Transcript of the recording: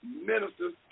ministers